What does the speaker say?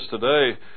today